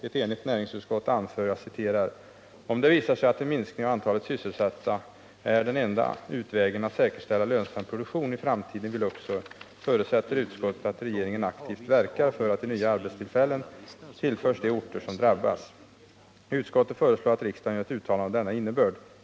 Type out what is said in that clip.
Ett enigt näringsutskott anför: ”Om det visar sig att den minskning av antalet sysselsatta är den enda utvägen att säkerställa lönsam produktion i framtiden vid Luxor förutsätter utskottet att regeringen aktivt verkar för att nya arbetstillfällen tillförs de orter som drabbas. Utskottet föreslår att riksdagen gör ett uttalande av denna innebörd.